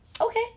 okay